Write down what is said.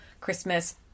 Christmas